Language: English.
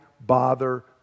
bother